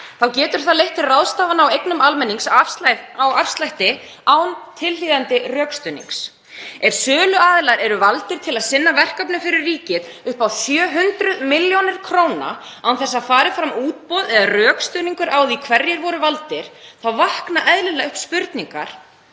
þá getur það leitt til ráðstafana á eignum almennings á afslætti án tilhlýðandi rökstuðnings. Ef söluaðilar eru valdir til að sinna verkefnum fyrir ríkið upp á 700 millj. kr. án þess að fram fari útboð eða rökstuðningur á því hverjir voru valdir þá vakna eðlilega upp spurningar.